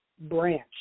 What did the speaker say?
branch